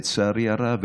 לצערי הרב,